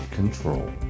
control